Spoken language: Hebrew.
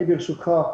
ברשותך,